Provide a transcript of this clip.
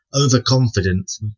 Overconfidence